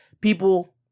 people